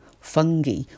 fungi